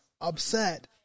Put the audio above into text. upset